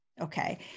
okay